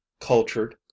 Cultured